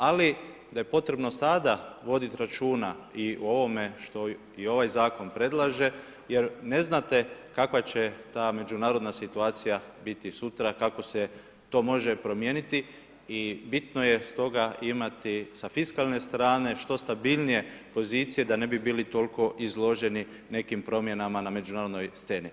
Ali da je potrebno sada voditi računa i o ovome što i ovaj zakon predlaže jer ne znate kakva će ta međunarodna situacija biti sutra kako se to može promijeniti i bitno je stoga imati s fiskalne strane što stabilnije pozicije da ne bi bili toliko izloženi nekim promjenama na međunarodnoj sceni.